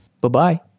Bye-bye